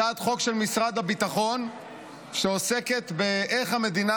הצעת חוק של משרד הביטחון שעוסקת בדרך שבה שהמדינה